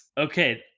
okay